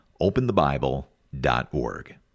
openthebible.org